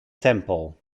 temple